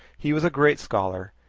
he was a great scholar,